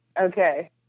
okay